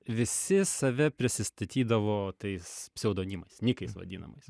visi save prisistatydavo tais pseudonimais nikais vadinamais